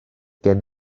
gen